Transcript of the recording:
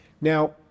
Now